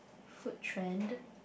food trend